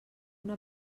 una